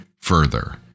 further